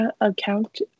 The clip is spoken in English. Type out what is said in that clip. account